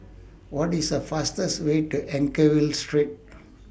What IS The fastest Way to Anchorvale Street